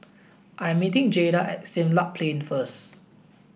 I'm meeting Jaeda at Siglap Plain first